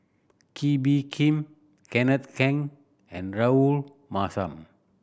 Kee Bee Khim Kenneth Keng and Rahayu Mahzam